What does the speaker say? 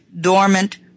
Dormant